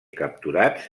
capturats